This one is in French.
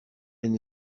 elle